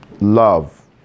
love